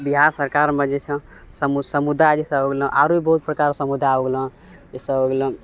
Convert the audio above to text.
बिहार सरकारमे जे छऽ सब समुदाय जइसे हो गेलऽ आरो बहुत प्रकारके समुदाय हो गेलऽ ईसब हो गेलऽ